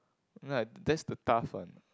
ah that's the tough one